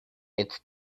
it’s